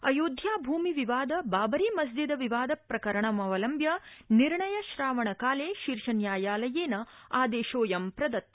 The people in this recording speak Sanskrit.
अयोध्याभूमि विवाद बाबरी मस्जिद विवाद प्रकरणमवलम्ब्य निर्णयश्रावणकाले शीर्षन्यायालयेन आदेशोऽयं प्रदत्त